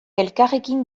elkarrekin